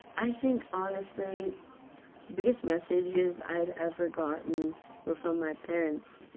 i think honestly the biggest messages i'd ever gotten were from my parents.